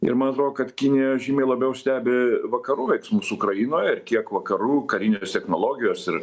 ir man atrodo kad kinija žymiai labiau stebi vakarų veiksmus ukrainoj ir kiek vakarų karinės technologijos ir